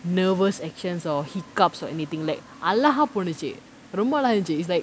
nervous actions or hiccups or anything like அழகா போனுச்சு ரொம்ப அழகா இருந்துச்சு:alagaa ponuchu romba alagaa irunthuchu it's like